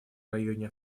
районе